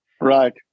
right